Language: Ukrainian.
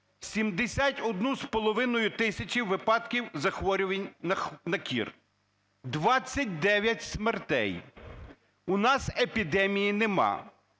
71,5 тисячі випадків захворювань на кір, 29 смертей. У нас епідемії немає.